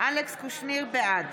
בעד